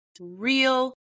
real